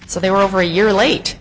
so they were over a year late